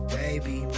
baby